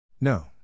No